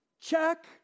check